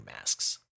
masks